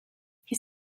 his